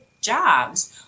jobs